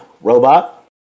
robot